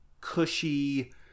cushy